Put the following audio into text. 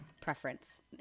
preference